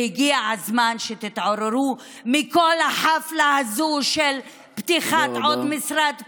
והגיע הזמן שתתעוררו מכל החפלה הזו של פתיחת עוד משרד פה,